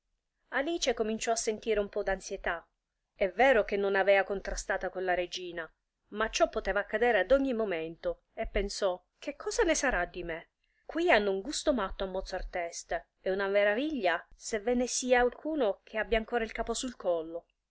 alice cominciò a sentire un pò d'ansietà è vero che non avea contrastata con la regina ma ciò poteva accadere ad ogni momento e pensò che cosa ne sarà di me quì hanno un gusto matto a mozzar teste è una meraviglia se ve ne sia alcuno che abbia ancora il capo sul collo